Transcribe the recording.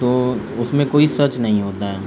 تو اس میں کوئی سچ نہیں ہوتا ہے